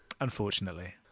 Unfortunately